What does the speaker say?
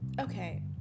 okay